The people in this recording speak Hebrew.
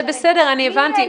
אני הבנתי.